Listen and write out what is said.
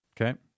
Okay